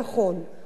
ולעובדת.